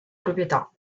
proprietà